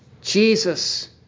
Jesus